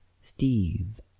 steve